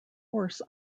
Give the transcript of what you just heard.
horse